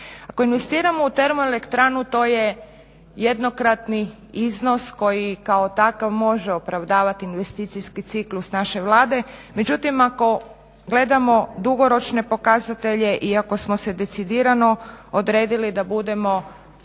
Ako investiramo u termoelektranu to je jednokratni iznos koji kao takav može opravdavat investicijski ciklus naše Vlade, međutim ako gledamo dugoročne pokazatelje i ako smo se decidirano odredili da budemo